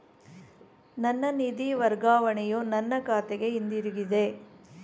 ನನ್ನ ನಿಧಿ ವರ್ಗಾವಣೆಯು ನನ್ನ ಖಾತೆಗೆ ಹಿಂತಿರುಗಿದೆ